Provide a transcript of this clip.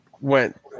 went